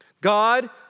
God